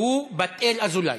הוא בת-אל אזולאי.